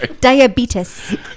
Diabetes